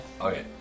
Okay